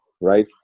right